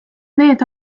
need